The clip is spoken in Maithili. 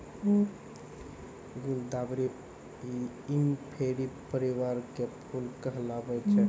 गुलदावरी इंफेरी परिवार के फूल कहलावै छै